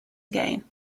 again